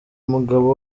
umugabo